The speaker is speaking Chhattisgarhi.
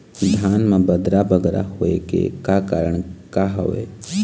धान म बदरा बगरा होय के का कारण का हवए?